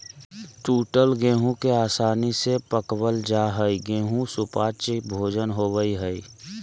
टूटल गेहूं के आसानी से पकवल जा हई गेहू सुपाच्य भोजन होवई हई